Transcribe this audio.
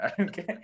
okay